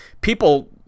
people